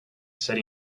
set